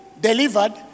delivered